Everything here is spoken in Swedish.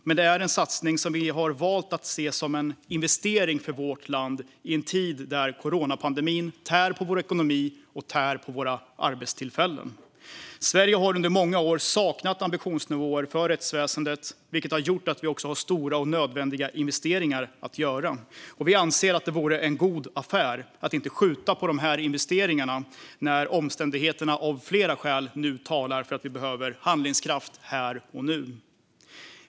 Men det är en satsning som vi har valt se som en investering för vårt land i en tid där coronapandemin tär på vår ekonomi och våra arbetstillfällen. Sverige har under många år saknat ambitionsnivåer för rättsväsendet, vilket har gjort att vi har stora och nödvändiga investeringar att göra. Vi anser att det vore en god affär att inte skjuta på de investeringarna när omständigheterna av flera skäl nu talar för att vi behöver handlingskraft här och nu.